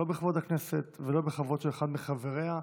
לא בכבוד הכנסת ולא בכבוד של אחד מחבריה.